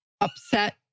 upset